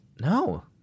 No